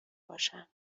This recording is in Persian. باشم